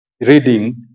reading